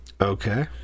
Okay